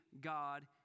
God